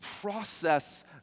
process